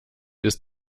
ist